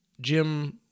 Jim